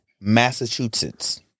Massachusetts